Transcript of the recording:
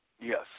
Yes